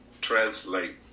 translate